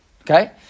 Okay